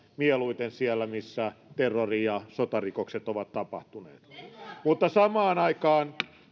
mieluiten siellä missä terrori ja sotarikokset ovat tapahtuneet mutta samaan aikaan